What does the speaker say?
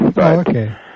Okay